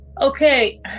Okay